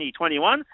2021